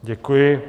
Děkuji.